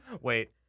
Wait